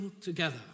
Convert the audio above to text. together